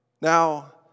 Now